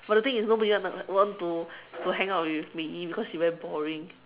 but the thing is nobody wanna want to to hang out with Mei-Yi because she very boring